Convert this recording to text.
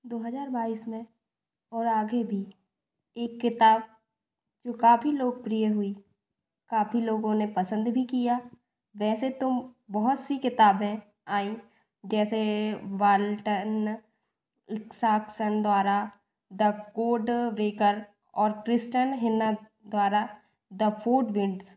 दो हज़ार बाईस में और आगे भी एक किताब जो काफ़ी लोकप्रिय हुई काफ़ी लोगों ने पसंद भी किया वैसे तो बहुत सी किताबें आई जैसे वाल्टन शाकसन द्वारा द कोट ब्रेकर और प्रिंसटन हिंना द्वारा द फ़ूड विंडस